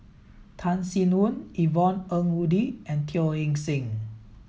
Tan Sin Aun Yvonne Ng Uhde and Teo Eng Seng